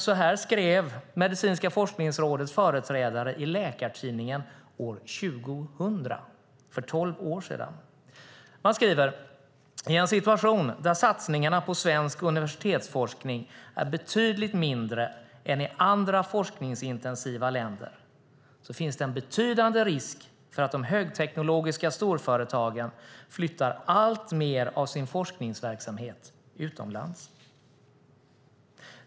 Så här skrev Medicinska forskningsrådets företrädare i Läkartidningen år 2000, för 12 år sedan: I en situation där satsningarna på svensk universitetsforskning är betydligt mindre än i andra forskningsintensiva länder finns det en betydande risk för att de högteknologiska storföretagen flyttar alltmer av sin forskningsverksamhet utomlands.